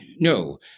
no